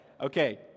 Okay